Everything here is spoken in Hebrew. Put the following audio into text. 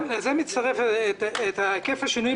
לזה נצרף את היקף השינויים